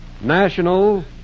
National